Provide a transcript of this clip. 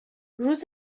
روز